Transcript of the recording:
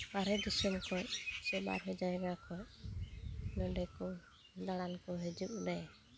ᱵᱟᱦᱨᱮ ᱫᱤᱥᱚᱢ ᱠᱷᱚᱡ ᱥᱮ ᱵᱟᱨᱦᱮ ᱡᱟᱭᱜᱟ ᱠᱷᱚᱡ ᱱᱚᱰᱮᱠᱩ ᱫᱟᱬᱟᱱᱠᱩ ᱦᱮᱡᱩᱜᱞᱮ